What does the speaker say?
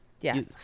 Yes